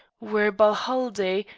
where balhaldie,